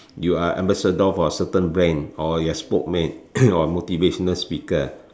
you are ambassador for a certain brand or you are spokesman or a motivational speaker